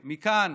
מכאן,